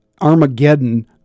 Armageddon